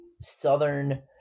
Southern